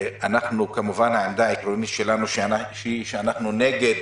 כמובן העמדה העקרונית שלנו שאנחנו נגד